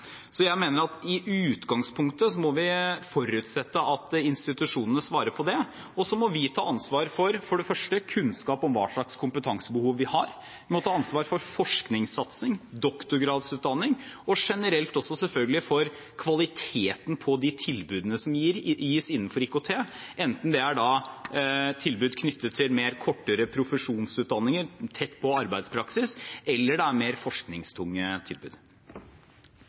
Så jeg mener at i utgangspunktet må vi forutsette at institusjonene svarer på det. Så må vi ta ansvar for kunnskap om hva slags kompetansebehov vi har, og vi må ta ansvar for forskningssatsing, doktorgradsutdanning og generelt også selvfølgelig for kvaliteten på de tilbudene som gis innenfor IKT, enten det er tilbud knyttet til mer kortere profesjonsutdanninger tett på arbeidspraksis eller mer forskningstunge tilbud.